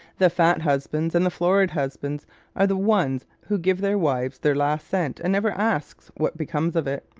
the fat husbands and the florid husbands are the ones who give their wives their last cent and never ask what becomes of it.